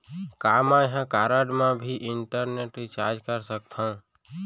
का मैं ह कारड मा भी इंटरनेट रिचार्ज कर सकथो